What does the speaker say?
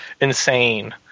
insane